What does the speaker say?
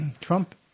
Trump